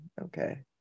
Okay